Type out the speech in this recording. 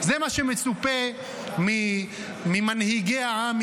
זה מה שמצופה ממנהיגי העם,